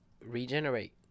regenerate